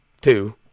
two